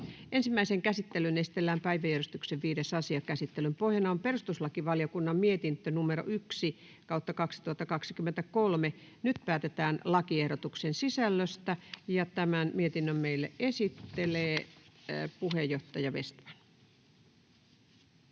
Ensimmäiseen käsittelyyn esitellään päiväjärjestyksen 5. asia. Käsittelyn pohjana on perustuslakivaliokunnan mietintö PeVM 1/2023 vp. Nyt päätetään lakiehdotuksen sisällöstä. Tämän mietinnön meille esittelee puheenjohtaja Vestman.